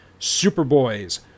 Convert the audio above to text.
superboy's